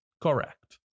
Correct